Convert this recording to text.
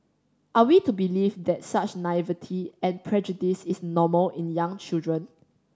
are we to believe that such naivety and prejudice is normal in young children